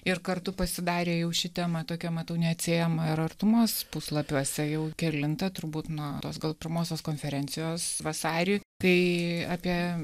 ir kartu pasidarė jau ši tema tokia matau neatsiejama ir artumos puslapiuose jau kelintą turbūt nuo tos gal pirmosios konferencijos vasarį kai apie